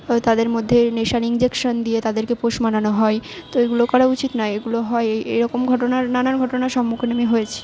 তাদের মধ্যে নেশার ইনজেকশান দিয়ে তাদেরকে পোষ মানানো হয় তো এইগুলো করা উচিত নয় এইগুলো হয় এরকম ঘটনার নানান ঘটনার সম্মুখীন আমি হয়েছি